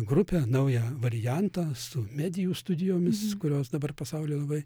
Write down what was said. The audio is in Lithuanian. grupę naują variantą su medijų studijomis kurios dabar pasaulyje labai